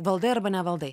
valdai arba nevaldai